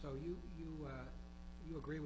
so you agree